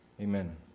amen